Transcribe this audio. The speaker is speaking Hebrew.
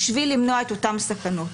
בשביל למנוע את אותן סכנות.